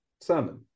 sermon